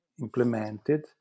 implemented